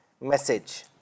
message